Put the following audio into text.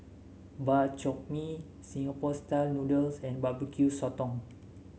Bak Chor Mee Singapore style noodles and Barbecue Sotong